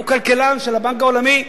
הוא כלכלן של הבנק העולמי,